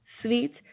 sweet